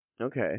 Okay